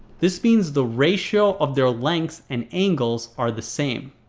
this means the ratio of their lengths and angles are the same.